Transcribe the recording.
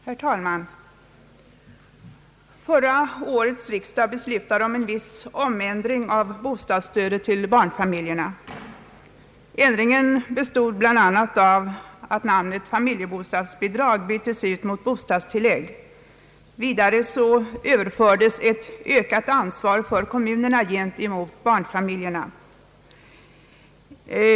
Herr talman! Förra årets riksdag beslutade om viss ändring av bostadsstödet till barnfamiljerna. Ändringen bestod bl.a. av att namnet familjebostadsbidrag byttes ut mot bostadstillägg. Vidare fördes ett ökat ansvar över på kommunerna gentemot barnfamiljerna.